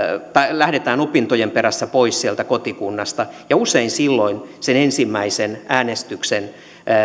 lähdetään opintojen perässä pois sieltä kotikunnasta ja usein silloin sen ensimmäisen äänestyksen